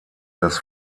das